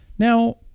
Now